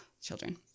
children